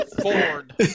Ford